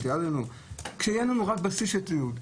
שיהיה לנו רק בסיס של תיעוד,